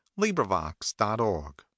LibriVox.org